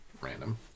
Random